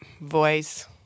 voice